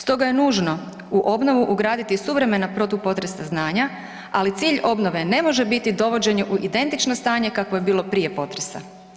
Stoga je nužno u obnovi ugraditi suvremena protupotresna znanja, ali cilj obnove ne može biti dovođenje u identično stanje kakvo je bilo prije potresa.